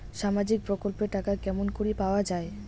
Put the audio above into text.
সামাজিক প্রকল্পের টাকা কেমন করি পাওয়া যায়?